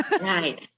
Right